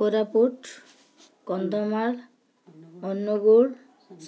Koraput Kandhamal Angul